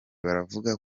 baravuga